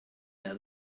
der